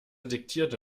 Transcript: diktierte